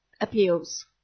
appeals